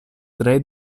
tre